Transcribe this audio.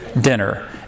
dinner